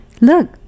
look